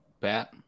Bat